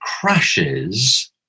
crashes